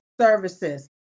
services